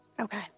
Okay